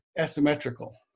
asymmetrical